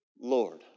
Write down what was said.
Lord